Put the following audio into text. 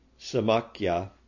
samakya